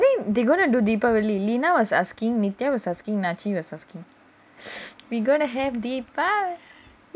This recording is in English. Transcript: they gonna do deepavali lina was asking me nita was asking ravin was asking we gonna have deepavali